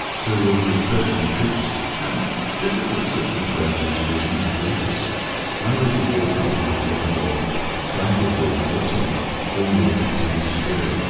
so with the question of ships and difficult circumstances for relief of bases i was aboard kapitan khlebnikov trying to approach mawson only a couple of weeks ago,